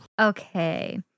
Okay